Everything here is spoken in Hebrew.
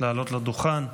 לעלות לדוכן.